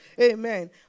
Amen